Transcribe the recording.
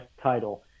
title